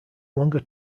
longer